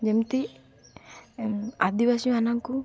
ଯେମିତି ଆଦିବାସୀ ମାନଙ୍କୁ